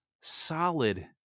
solid